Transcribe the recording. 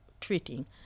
treating